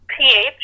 ph